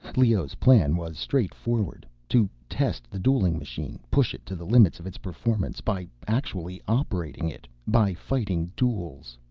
leoh's plan was straightforward to test the dueling machine, push it to the limits of its performance, by actually operating it by fighting duels.